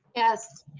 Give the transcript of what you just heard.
yes.